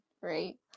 right